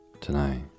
Tonight